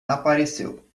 apareceu